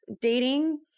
dating